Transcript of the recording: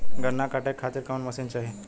गन्ना कांटेके खातीर कवन मशीन चाही?